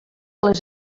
les